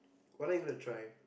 why don't you give it a try